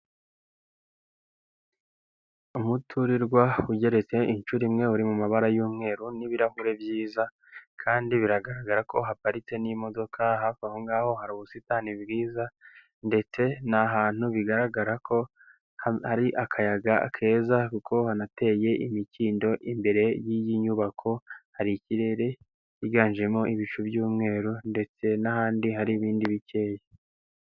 Umuturirwa ugeretse inshuro imwe uri mu mabara y'umweru n'ibirahure byiza kandi biragaragara ko haparitse n'imodoka, hafi aho hari ubusitani bwiza ndetse ni ahantu bigaragara ko hari akayaga keza kuko hanateye imikindo. Imbere y'iyi nyubako hari ikirere cyiganjemo ibicu by'umweru ndetse n'ahandi hari ibindi bikeya.